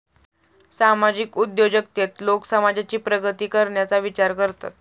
सामाजिक उद्योजकतेत लोक समाजाची प्रगती करण्याचा विचार करतात